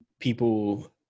people